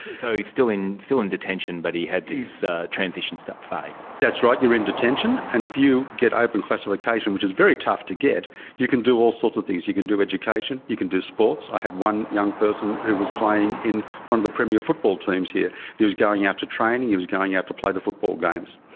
so he's still in still in detention but he had this transition phase. that's right. you're in detention, and if you get open classification which is very tough to get you can do all sorts of things. you can do education, you can do sports. i had one young person who was playing in one of the premier football teams here and he was going out to training, and he was going out to play the football games.